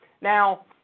Now